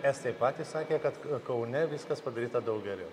estai patys sakė kad kaune viskas padaryta daug geriau